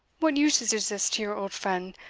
what usage is this to your old friend,